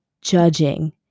judging